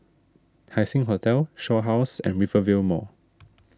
Haising Hotel Shaw House and Rivervale Mall